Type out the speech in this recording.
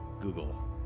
Google